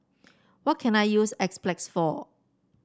what can I use Enzyplex for